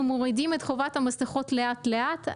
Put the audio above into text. אנחנו מורידים את חובת המסיכות לאט לאט,